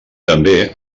també